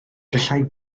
gallai